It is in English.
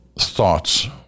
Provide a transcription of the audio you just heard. thoughts